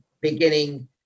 beginning